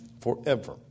forever